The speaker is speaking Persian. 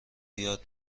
یاد